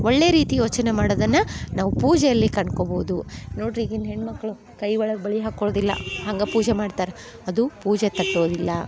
ಒಳ್ಳೆಯ ರೀತಿ ಯೋಚನೆ ಮಾಡೋದನ್ನು ನಾವು ಪೂಜೆಯಲ್ಲಿ ಕಂಡ್ಕೊಬೋದು ನೋಡಿರಿ ಈಗಿನ ಹೆಣ್ಣುಮಕ್ಳು ಕೈ ಒಳಗೆ ಬಳೆ ಹಾಕ್ಕೊಳ್ಳುದಿಲ್ಲ ಹಂಗೇ ಪೂಜೆ ಮಾಡ್ತಾರ ಅದು ಪೂಜೆ ತಟ್ಟೋದಿಲ್ಲ